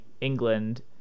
England